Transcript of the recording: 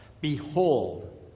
Behold